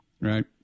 Right